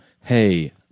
Hey